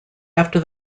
after